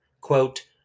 quote